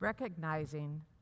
Recognizing